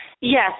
Yes